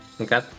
Okay